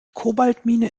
kobaltmine